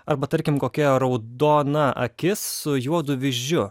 arba tarkim kokia raudona akis su juodu vyzdžiu